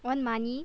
I want money